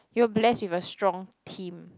you were blessed with a strong team